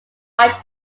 white